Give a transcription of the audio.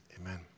Amen